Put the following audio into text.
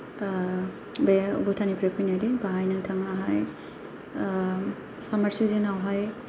बे भुटाननिफ्राय फैनाय दै बेहाय नोंथांआ सामार सिजोनावहाय